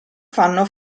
fanno